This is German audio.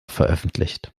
veröffentlicht